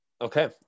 Okay